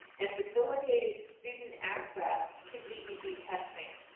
and facilitated student access to ged testing.